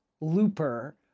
Looper